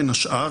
בין השאר,